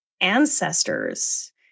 ancestors